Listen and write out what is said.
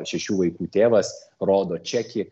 šešių vaikų tėvas rodo čekį